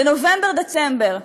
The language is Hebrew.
בנובמבר-דצמבר,